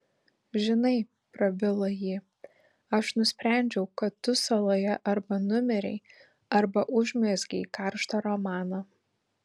žinai prabilo ji aš nusprendžiau kad tu saloje arba numirei arba užmezgei karštą romaną